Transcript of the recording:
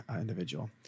individual